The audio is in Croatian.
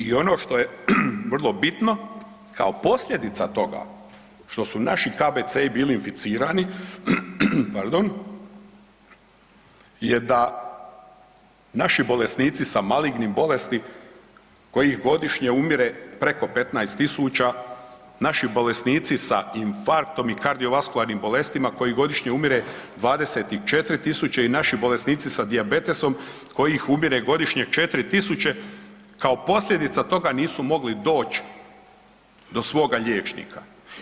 I ono što je vrlo bitno kao posljedica toga što su naši KBC-i bili inficirani je da naši bolesnici sa malignim bolestima kojih godišnje umire preko 15 tisuća, naši bolesnici sa infarktom i kardiovaskularnim bolestima kojih godišnje umire 24 tisuće i naši bolesnici sa dijabetesom kojih umire godišnje 4 tisuće kao posljedica toga nisu mogli doći do svoga liječnika.